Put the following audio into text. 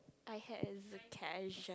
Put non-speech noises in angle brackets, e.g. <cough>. I had a <noise>